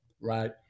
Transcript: Right